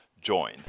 join